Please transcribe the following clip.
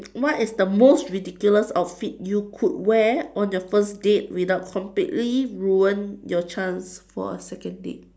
what is the most ridiculous outfit you could wear on your first date without completely ruin your chance for a second date